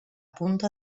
punto